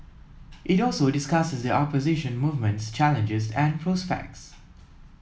it also discusses the opposition movement's challenges and prospects